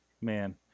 man